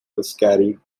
miscarried